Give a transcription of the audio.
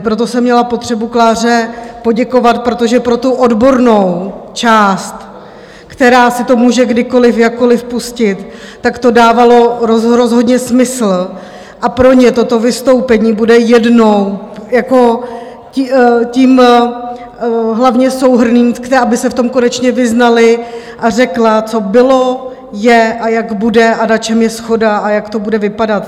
Proto jsem měla potřebu Kláře poděkovat, protože pro tu odbornou část, která si to může kdykoliv, jakkoliv pustit, to dávalo rozhodně smysl a pro ně toto vystoupení bude jednou tím hlavně souhrnným, aby se v tom konečně vyznali, a řekla, co bylo, je a jak bude, na čem je shoda a jak to bude vypadat.